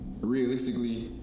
realistically